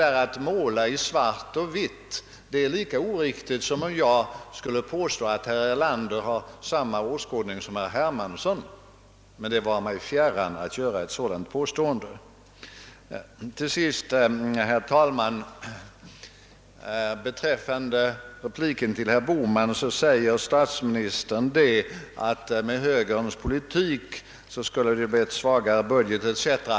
Men att måla i bara svart och vitt är lika oriktigt som om jag skulle påstå att herr Erlander har samma åskådning som herr Hermansson — och det vare mig fjärran att göra ett sådant påstående! Slutligen sade statsministern i sin replik till herr Bohman att det skulle bli en svagare budget och mindre statliga resurser om man följde högerns politik.